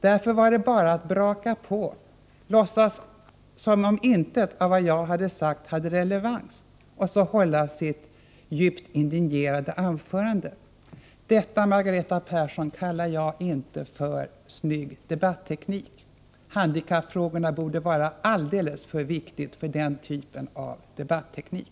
Därför var det bara för Margareta Persson att låtsas som om intet av vad jag sagt hade relevans, och så hålla ett djupt indignerat anförande. Detta, Margareta Persson, kallar jag inte för snygg debatteknik. Handikappfrågorna borde anses så viktiga att man inte tillämpar den här typen av debatteknik.